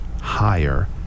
higher